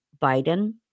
Biden